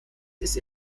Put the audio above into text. ist